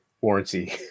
warranty